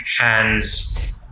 hands